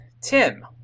Tim